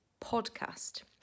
podcast